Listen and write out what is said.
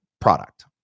product